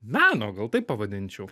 meno gal taip pavadinčiau